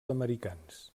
americans